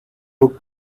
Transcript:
book